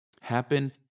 happen